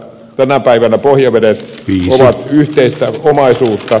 tänä päivänä pohjavedet ovat yhteistä omaisuutta